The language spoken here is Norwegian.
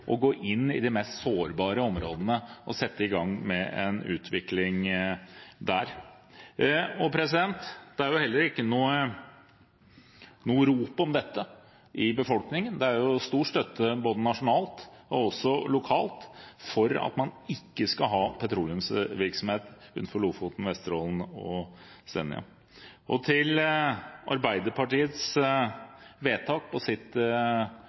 å gå inn i de mest sårbare områdene og sette i gang med en utvikling der. Det er heller ikke noe rop om dette i befolkningen. Det er stor støtte både nasjonalt og også lokalt for at man ikke skal ha petroleumsvirksomhet utenfor Lofoten, Vesterålen og Senja. Til Arbeiderpartiets vedtak på